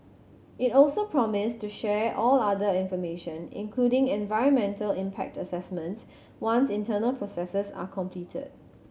it also promised to share all other information including environmental impact assessments once internal processes are completed